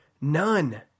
none